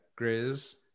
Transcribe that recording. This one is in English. Grizz